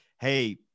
hey